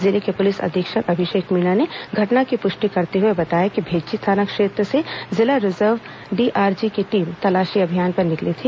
जिले के पुलिस अधीक्षक अभिषेक मीणा ने घटना की पुष्टि करते हुए बताया कि भेज्जी थाना क्षेत्र से जिला रिजर्व गार्ड डीआरजी की टीम तलाशी अभियान पर निकली थी